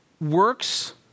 works